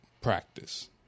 practice